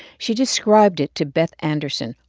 she described it to beth anderson,